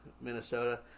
Minnesota